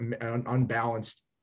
unbalanced